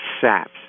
saps